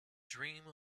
dream